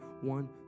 One